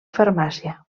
farmàcia